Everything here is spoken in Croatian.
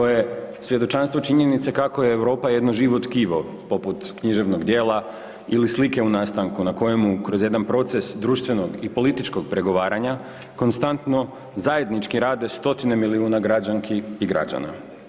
To je svjedočanstvo činjenice kako je Europa jedno živo tkivo poput književnog djela ili slike u nastanku na kojemu kroz jedan proces društvenog i političkog pregovaranja konstantno zajednički rade stotine milijuna građanki i građana.